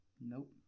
Nope